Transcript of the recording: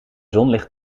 zonlicht